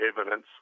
evidence